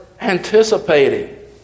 anticipating